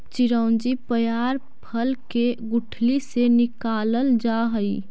चिरौंजी पयार फल के गुठली से निकालल जा हई